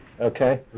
Okay